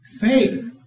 faith